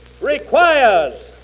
requires